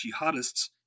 jihadists